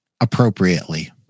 appropriately